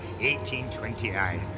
1829